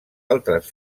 altres